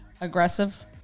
aggressive